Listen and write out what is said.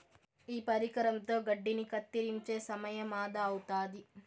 ఈ పరికరంతో గడ్డిని కత్తిరించే సమయం ఆదా అవుతాది